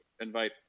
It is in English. invite